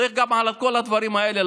צריך לחשוב גם על כל הדברים האלה.